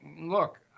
look